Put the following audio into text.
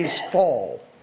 fall